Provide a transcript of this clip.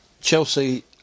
Chelsea